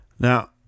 Now